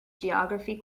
geography